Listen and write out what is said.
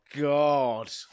god